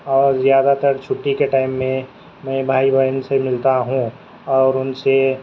اور زیادہ تر چھٹی کے ٹائم میں میں بھائی بہن سے ملتا ہوں اور ان سے